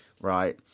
right